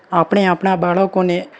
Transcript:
આપણે આપણાં બાળકોને